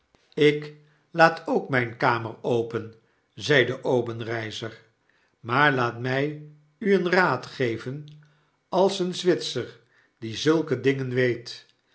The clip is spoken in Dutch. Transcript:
ik laat ook mgne kamer open zeide obenreizer maar laat my u een raad geven als een zwitser die zulke dingen weet